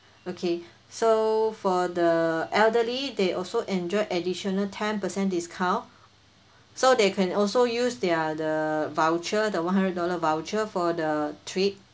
okay so for the elderly they also enjoy additional ten percent discount so they can also use their the voucher the one hundred dollar voucher for the trip